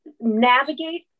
navigate